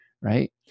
right